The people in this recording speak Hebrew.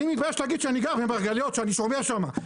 אני מתבייש להגיד שאני גר במרגליות שאני שומר שמה,